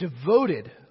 devoted